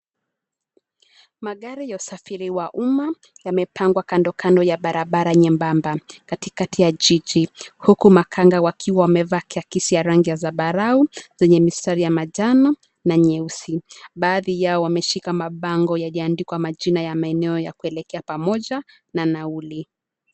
Magari ya usafiri wa umma yamepangwa kandokando ya barabara nyembamba katikati ya jiji, huku makanga wakiwa wamevaa kiakisi ya rangi ya zambarau zenye mistari ya manjano na nyeusi. Baadhi yao wameshika mabango yaliyoandikwa majina ya maeneo yakuelekea pamoja na nauli.